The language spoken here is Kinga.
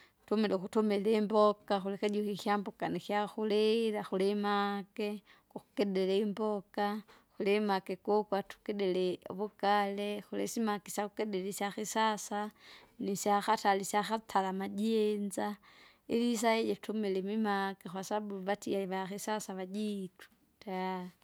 Tumile ukutumila imboka kuli ikijiko ikyamboka nkyakurira kulimake, kukidili imboka, kulimake kukwa tukidili uvugare kulisimaki isyakukidira isyakisasa, nisyakatari isyakatara amajinza. Ilisaiji tumila imimake kwasabu vatie vakisasa vajitu tayari.